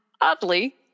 oddly